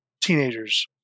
teenagers